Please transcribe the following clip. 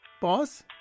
Boss